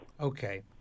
Okay